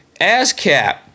ASCAP